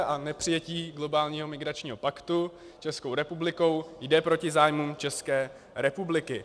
A nepřijetí globálního migračního paktu Českou republikou jde proti zájmům České republiky.